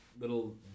little